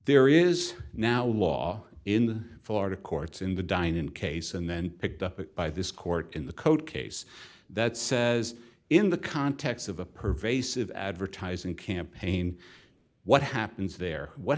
there is now law in the florida courts in the dine in case and then picked up by this court in the code case that says in the context of a pervasive advertising campaign what happens there what